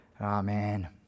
Amen